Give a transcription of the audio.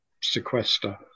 sequester